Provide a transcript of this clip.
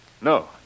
No